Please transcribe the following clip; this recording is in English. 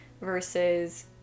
versus